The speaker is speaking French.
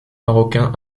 marocain